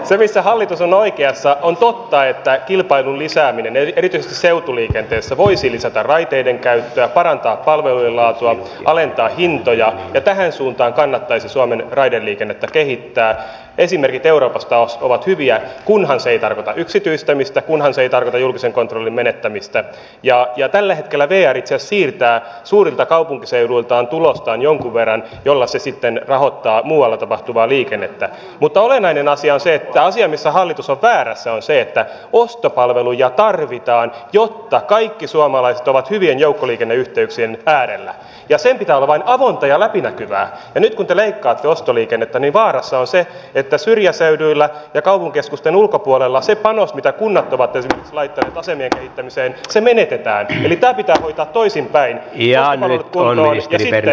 se mitä hallitus on oikeassa on totta että kilpailun lisääminen erityisesti seutuliikenteessä voisi lisätä raiteidenkäyttöä parantaa palvelujen laatua alentaa hintoja ja tähän suuntaan kannattaisi suomen raideliikennettä kehittää esimerkit euroopasta ovat hyviä kunhan se ei tarkoita yksityistämistä kunhan se ei tarkoita julkisen kontrollin menettämistä ja jo tällä hetkellä veijarit ja siirtää suurinta kaupunkiseuduiltaan tulostaan jonkun verran jolla se sitten rahoittaa muualla tapahtuvaa liikennettä mutta olennainen asia on se että asia missä hallitus on väärässä on se että postipalveluja tarvitaan jotta kaikki suomalaiset ovat hyvien joukkoliikenneyhteyksien äärellä jäsen pitää vain tunteja läpinäkyvä ja nyt kun te leikkaatte ostoliikennettänivaarassa on se että syrjäseuduilla ja kauhukeskusten ulkopuolella se panos mitä kunnat ovat ensin laitteet asennetaan usein se menetetään hillitä itä tai toisinpäin ja armani tuonut esille ja